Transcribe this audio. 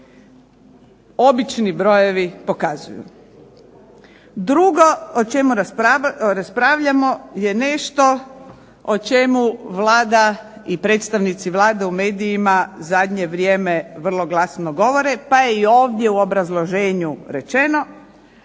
Obični brojevi pokazuju. Drugo o čemu raspravljamo je nešto o čemu Vlada i predstavnici Vlade u medijima zadnje vrijeme vrlo glasno govore, pa je i ovdje u obrazloženju rečeno,